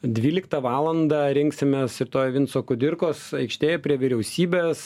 dvyliktą valandą rinksimės rytoj vinco kudirkos aikštėje prie vyriausybės